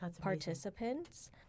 participants